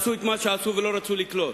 עשו את מה שעשו ולא רצו לקלוט